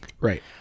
Right